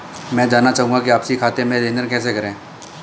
मैं जानना चाहूँगा कि आपसी खाते में लेनदेन कैसे करें?